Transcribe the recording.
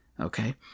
okay